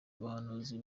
abahanuzi